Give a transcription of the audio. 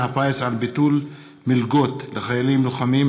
ברית חיים,